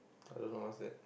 I don't know what's that